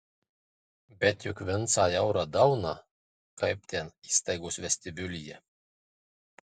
bet juk vincą jau radau na kaip ten įstaigos vestibiulyje